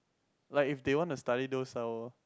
like if they want to study those uh